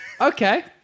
Okay